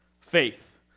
faith